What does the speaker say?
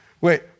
Wait